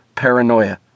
Paranoia